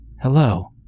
hello